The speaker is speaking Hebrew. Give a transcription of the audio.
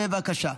בבקשה.